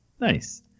Nice